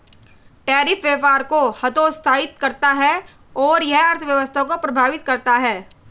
tariff व्यापार को हतोत्साहित करता है और यह अर्थव्यवस्था को प्रभावित करता है